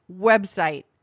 website